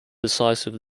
decisive